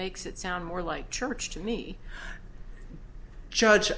makes it sound more like church to me judge